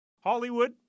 Hollywood